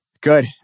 Good